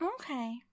okay